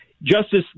Justice